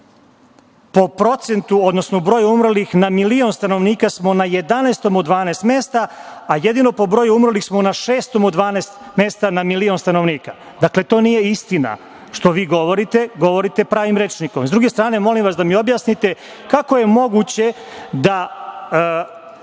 Po procentu, odnosno broju umrlih na milion stanovnika smo na 11, od 12 mesta, a jedino po broju umrlih smo na šestom od 12 mesta, na milion stanovnika. Dakle, to nije istina što vi govorite, govorite pravim rečnikom.S druge strane, molim vas da mi objasnite kako je moguće da